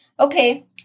Okay